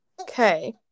Okay